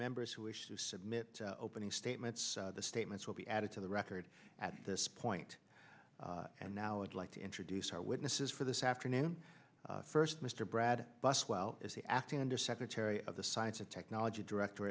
members who wish to submit opening statements the statements will be added to the record at this point and now it's like to introduce our witnesses for this afternoon first mr brad buswell is the acting undersecretary of the science of technology director